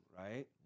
Right